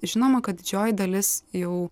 žinoma kad didžioji dalis jau